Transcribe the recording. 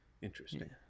Interesting